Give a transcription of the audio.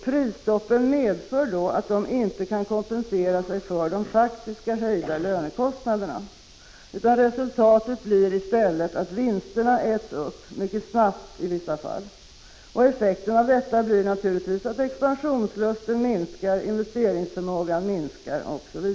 Prisstopp medför att de inte kan kompensera sig för de faktiska höjda lönekostnader na. Resultatet blir i stället att vinsterna äts upp, i vissa fall mycket snabbt. Effekten av detta blir att expansionslusten och investeringsförmågan minskar.